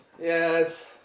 Yes